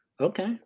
Okay